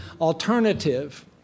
alternative